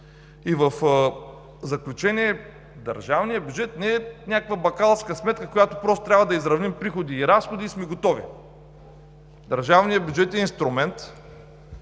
В заключение: държавният бюджет не е някаква бакалска сметка, в която просто трябва да изравним приходи и разходи и сме готови. Държавният бюджет е инструмент,